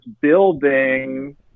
building